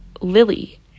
lily